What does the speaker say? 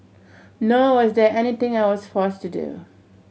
nor was there anything I was forced to do